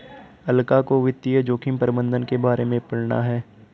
अलका को वित्तीय जोखिम प्रबंधन के बारे में पढ़ना है